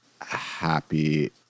happy